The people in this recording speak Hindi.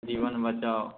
जीवन बचाओ